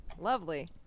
lovely